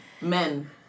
Men